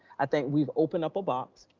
i think we've opened up a box.